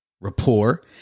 rapport